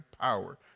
power